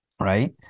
right